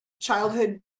childhood